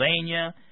Pennsylvania